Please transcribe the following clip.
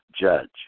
judge